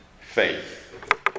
faith